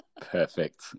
Perfect